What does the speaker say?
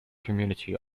community